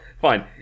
Fine